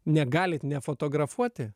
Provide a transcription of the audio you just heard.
negalit nefotografuoti